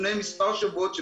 לפני מספר שבועות,